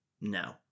No